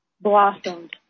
blossomed